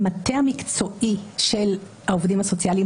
המטה המקצועי של העובדים הסוציאליים